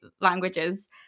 languages